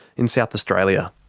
in south australia.